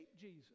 Jesus